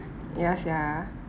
ya sia